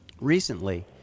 Recently